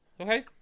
Okay